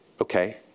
Okay